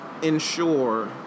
ensure